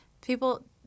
people